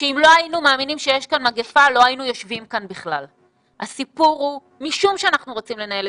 וצריך להפסיק עם הבירוקרטיה הזאת, הפתרונות ישנם.